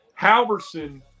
Halverson